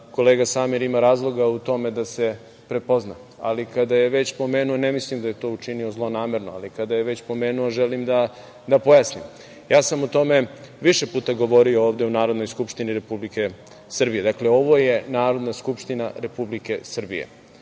kolega Samir ima razloga u tome da se prepozna. Kada je već pomenuo, ne mislim da je to učinio zlonamerno, ali kada je već pomenuo želim da pojasnim. Ja sam o tome više puta govorio ovde u Narodnoj skupštini Republike Srbije. Dakle, ovo je Narodna skupština Republike Srbije.